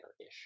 ish